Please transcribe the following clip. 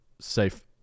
safe